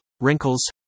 wrinkles